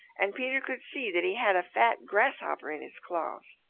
and peter could see that he had a fat grasshopper in his claws.